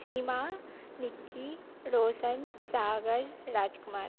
Seema Nikki Raushan Sagar Rajkumar